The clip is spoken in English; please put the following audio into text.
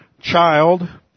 Child